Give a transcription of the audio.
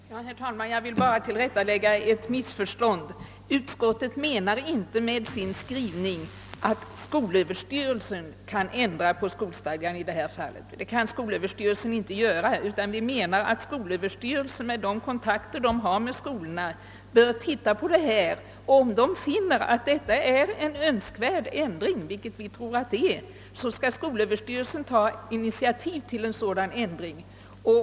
Herr talman! Jag vill bara tillrättalägga ett missförstånd. Utskottet menar inte med sin skrivning att skolöverstyrelsen skall ändra på skolstadgan i detta fall — det kan inte skolöverstyrelsen göra. Men skolöverstyrelsen bör, med de kontakter den har med skolorna, kunna titta på saken. Och om skolöverstyrelsen finner att det är önskvärt med en ändring — vilket vi tror att det är — skall skolöverstyrelsen ta initiativ till ändringen.